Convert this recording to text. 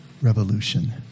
revolution